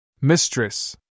Mistress